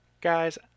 Guys